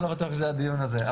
אני לא בטוח שזה הדיון הזה,